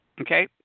Okay